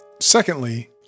Secondly